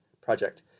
project